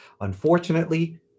Unfortunately